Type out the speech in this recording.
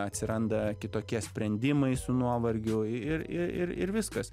atsiranda kitokie sprendimai su nuovargiu ir ir ir viskas